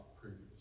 previous